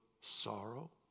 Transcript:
sorrow